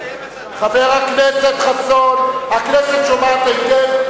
חבר הכנסת חסון, הכנסת שומעת היטב.